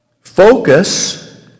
Focus